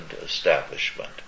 establishment